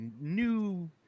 new